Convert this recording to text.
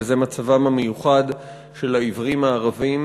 וזה מצבם המיוחד של העיוורים הערבים,